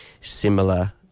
similar